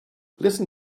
listen